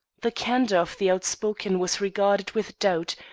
the candor of the outspoken was regarded with doubt,